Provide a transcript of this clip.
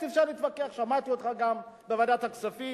האמת, אפשר להתווכח, שמעתי אותך גם בוועדת הכספים,